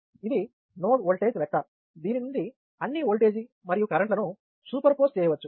ఇది node voltage vector దీని నుంచి అన్నీ ఓల్టేజి మరియు కరెంట్ లను సూపర్ పోజ్ చేయవచ్చు